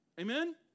Amen